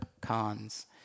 cons